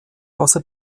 außer